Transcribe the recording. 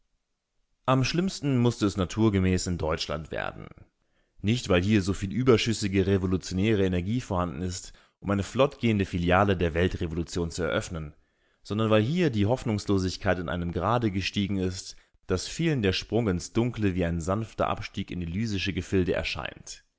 am schlimmsten mußte es naturgemäß in deutschland werden nicht weil hier so viel überschüssige revolutionäre energie vorhanden ist um eine flottgehende filiale der weltrevolution zu eröffnen sondern weil hier die hoffnungslosigkeit in einem grade gestiegen ist daß vielen der sprung ins dunkle wie ein sanfter abstieg in elysische gefilde erscheint